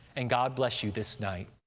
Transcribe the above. and god bless you this night.